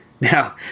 Now